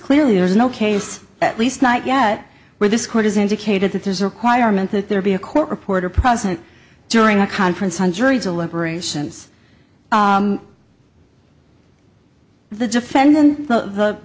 clearly there's no case at least not yet where this court has indicated that there's a requirement that there be a court reporter present during a conference on jury deliberations the defendant the the